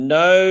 no